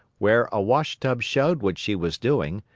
where a wash-tub showed what she was doing,